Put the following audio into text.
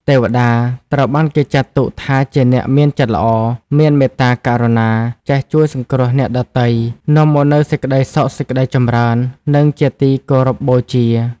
ទេវតាត្រូវបានគេចាត់ទុកថាជាអ្នកមានចិត្តល្អ មានមេត្តាករុណា ចេះជួយសង្គ្រោះអ្នកដទៃ នាំមកនូវសេចក្តីសុខសេចក្តីចម្រើន និងជាទីគោរពបូជា។